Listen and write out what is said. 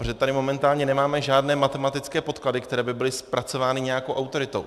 Protože tady momentálně nemáme žádné matematické podklady, které by byly zpracovány nějakou autoritou.